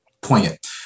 poignant